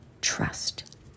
trust